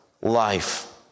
life